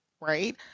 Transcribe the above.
right